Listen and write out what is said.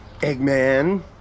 Eggman